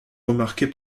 remarqué